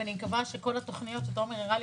אני מקווה שכל התוכניות שתומר גלאם הראה